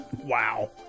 Wow